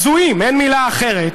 הזויים, אין מילה אחרת,